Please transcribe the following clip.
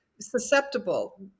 susceptible